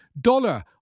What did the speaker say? dollar